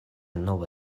nova